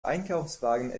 einkaufswagen